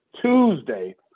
Tuesday